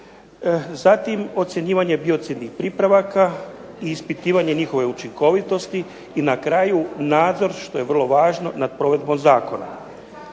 Zatim, ocjenjivanje biocidnih pripravaka i ispitivanje njihove učinkovitosti. I na kraju, nadzor, što je vrlo važno, nad provedbom zakona.